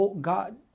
god